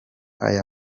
aya